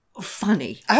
Funny